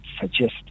suggest